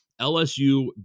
LSU